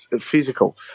physical